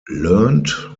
learned